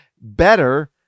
better